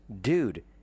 Dude